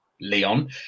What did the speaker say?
Leon